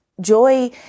Joy